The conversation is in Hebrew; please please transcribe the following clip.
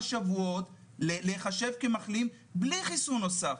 שבועות להיחשב כמחלים בלי חיסון נוסף.